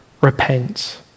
repent